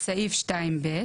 בסעיף 2(ב)